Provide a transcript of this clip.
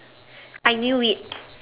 I knew it